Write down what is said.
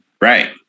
Right